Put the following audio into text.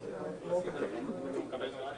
לקבל את